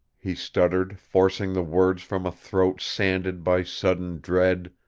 he stuttered, forcing the words from a throat sanded by sudden dread,